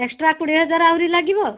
extra କୋଡ଼ିଏ ହଜାର ଆହୁରି ଲାଗିବ